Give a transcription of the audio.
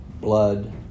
Blood